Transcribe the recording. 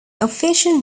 official